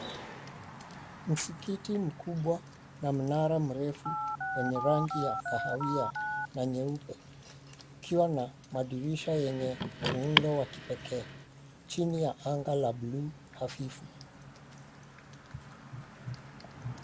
Msikiti mkubwa na mnara mrefu wenye rangi ya kahawia na nyeupe, ukiwa na madirisha yenye muundo wa kipekee chini ya anga la buluu hafifu.